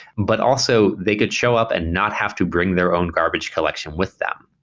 but also they could show up and not have to bring their own garbage collection without them,